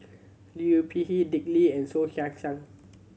Liu Peihe Dick Lee and Soh Kay Siang